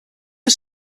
was